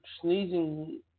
sneezing